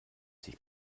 sich